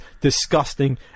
disgusting